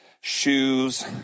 shoes